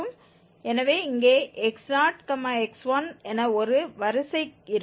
எனவே இங்கே x0 x1 என ஒரு வரிசை இருக்கும்